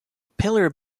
pillar